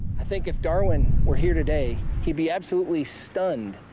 i think, if darwin were here today, he'd be absolutely stunned,